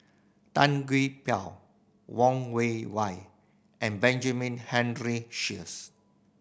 Tan Gee Paw Wang Wei Wei and Benjamin Henry Sheares